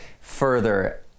further